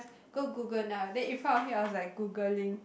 go Google now then in front of him I was like Googling